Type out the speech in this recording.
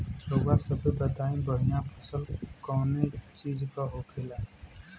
रउआ सभे बताई बढ़ियां फसल कवने चीज़क होखेला?